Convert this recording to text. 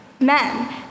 men